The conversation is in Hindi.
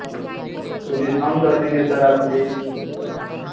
तो डिस्काउंट कर देंगे सर आपके लिए